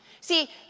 See